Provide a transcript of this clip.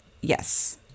Yes